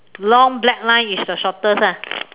long black line is the shortest ah